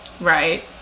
right